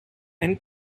and